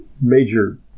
major